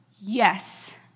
Yes